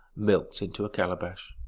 milked into a calabash.